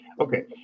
Okay